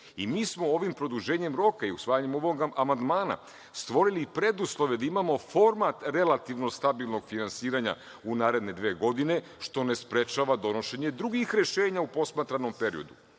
Mi smo ovim produženjem roka i usvajanjem ovog amandmana stvorili preduslove da imamo format relativno stabilnog finansiranja u naredne dve godine, što ne sprečava donošenje drugih rešenja u posmatranom periodu,